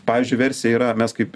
pavyzdžiui versija yra mes kaip